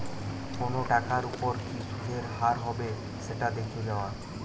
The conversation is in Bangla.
কোনো টাকার ওপর কি সুধের হার হবে সেটা দেখে যাওয়া